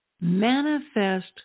Manifest